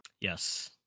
yes